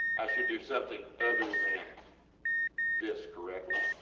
i should do something other than this correctly?